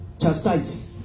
chastise